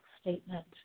statement